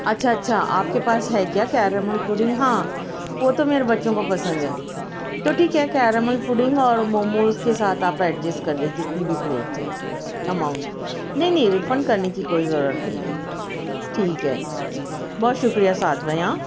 اچھا اچھا آپ کے پاس ہے کیا کیرمل پڈنگ ہاں وہ تو میرے بچوں کو پسند ہے تو ٹھیک ہے کیرمل پڈنگ اور موموز کے ساتھ آپ ایڈجسٹ کر دیجیے جتنے بھی پلیٹس ہیں اماؤنٹس نہیں نہیں ریفنڈ کرنے کی کوئی ضرورت نہیں ہے ٹھیک ہے بہت شکریہ سعد بھائی ہاں